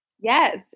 Yes